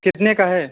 कितने का है